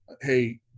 Hey